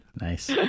Nice